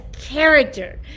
character